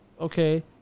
Okay